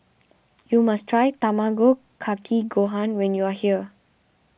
you must try Tamago Kake Gohan when you are here